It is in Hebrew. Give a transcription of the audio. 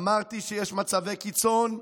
אמרתי שיש מצבי קיצון,